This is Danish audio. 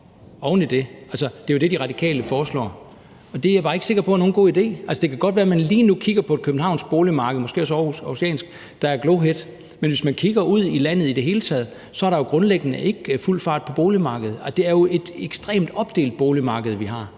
oven i det. Det er jo det, De Radikale foreslår. Det er jeg bare ikke sikker på er nogen god idé. Det kan godt være, at man lige nu kigger på et københavnsk boligmarked og måske også et aarhusiansk boligmarked, der er glohedt, men hvis man kigger ud i landet i det hele taget, er der jo grundlæggende ikke fuld fart på boligmarkedet. Det er jo et ekstremt opdelt boligmarked, vi har,